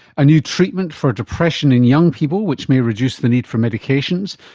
a new treatment for depression in young people which may reduce the need for medications.